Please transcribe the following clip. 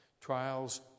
Trials